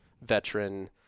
veteran